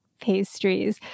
pastries